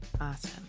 Awesome